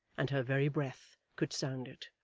and her very breath could sound it.